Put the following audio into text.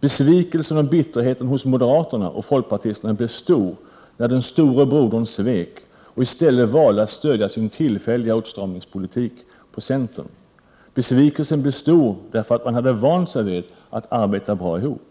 Besvikelsen och bitterheten hos moderater och folkpartister blev stor när den store brodern svek och i stället valde att stödja sin tillfälliga åtstramningspolitik på centern. Besvikelsen blev stor därför att man hade vant sig vid att arbeta bra ihop.